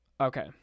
Okay